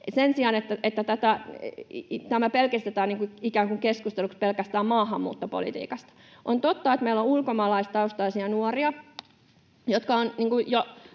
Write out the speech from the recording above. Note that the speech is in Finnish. tämä pelkistetään ikään kuin keskusteluksi pelkästään maahanmuuttopolitiikasta. On totta, että meillä on ulkomaalaistaustaisia nuoria, jotka ovat jo